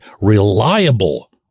reliable